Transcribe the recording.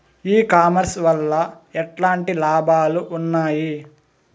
ఈ కామర్స్ వల్ల ఎట్లాంటి లాభాలు ఉన్నాయి?